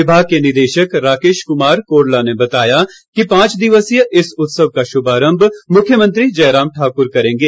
विभाग के उप निदेशक राकेश कुमार कोरला ने बताया कि पांच दिवसीय इस उत्सव का शुभारंभ मुख्यमंत्री जयराम ठाकुर करेंगे